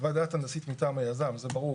חוות דעת הנדסית מטעם היזם, זה ברור.